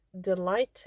delighted